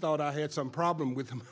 thought i had some problem with him